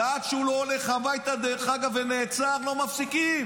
ועד שהוא לא הולך הביתה ונעצר לא מפסיקים.